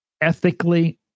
ethically